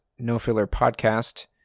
nofillerpodcast